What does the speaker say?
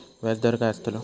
व्याज दर काय आस्तलो?